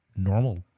normal